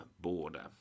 border